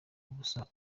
ubusa